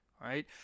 right